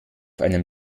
einem